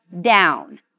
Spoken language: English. down